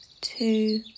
two